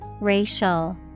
RACIAL